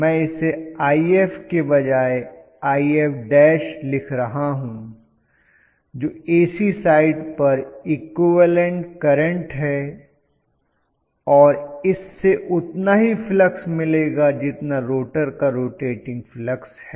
मैं इसे If के बजाए If लिख रहा हूं जो ऐसी साइड पर इक्विवेलेंट करंट है और इससे उतना ही फ्लक्स मिलेगा जितना रोटर का रोटेटिंग फ्लक्स है